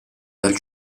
dal